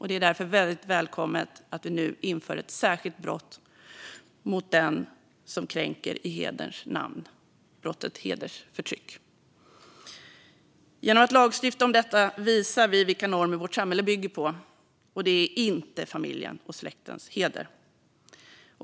Det är därför väldigt välkommet att vi nu inför ett särskilt brott för den som kränker i hederns namn: brottet hedersförtryck. Genom att lagstifta om detta visar vi vilka normer vårt samhälle bygger på - och att det inte är familjens och släktens heder.